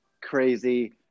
crazy